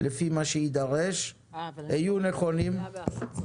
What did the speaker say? במידה שיהיה פיילוט של הממשלה בהיקף של כמה